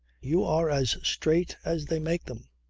you are as straight as they make them.